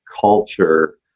culture